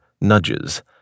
nudges